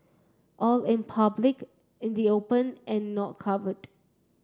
all in public in the open and not covered